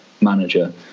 manager